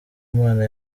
imana